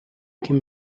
can